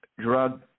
drug